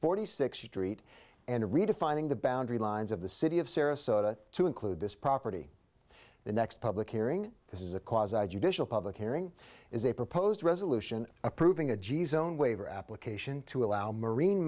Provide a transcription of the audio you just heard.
forty six treat and redefining the boundary lines of the city of sarasota to include this property the next public hearing this is a cause a judicial public hearing is a proposed resolution approving a g s own waiver application to allow marine